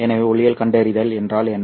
எனவே ஒளியைக் கண்டறிதல் என்றால் என்ன